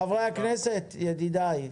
חברי הכנסת, ידידיי,